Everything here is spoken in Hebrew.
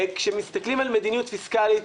כשמסתכלים על מדיניות פיסקלית,